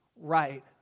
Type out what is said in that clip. right